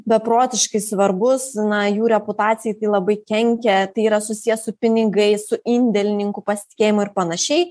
beprotiškai svarbus na jų reputacijai tai labai kenkia tai yra susiję su pinigais su indėlininkų pasitikėjimu ir panašiai